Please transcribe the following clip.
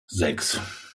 sechs